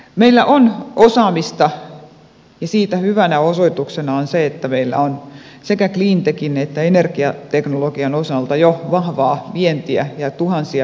meillä on osaamista ja siitä hyvänä osoituksena on se että meillä on sekä cleantechin että energiateknologian osalta jo vahvaa vientiä ja tuhansia yrityksiä